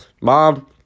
mom